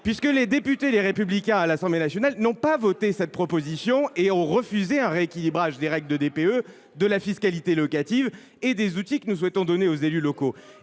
puisque les députés du groupe Les Républicains à l’Assemblée nationale n’ont pas voté cette proposition de loi et ont refusé un rééquilibrage des règles du DPE, de la fiscalité locative et des outils que nous souhaitons accorder aux élus locaux.